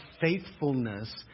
faithfulness